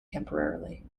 temporarily